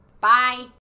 Bye